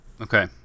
Okay